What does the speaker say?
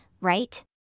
right